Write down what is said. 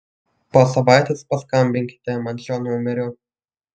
po savaitės paskambinkite man šiuo numeriu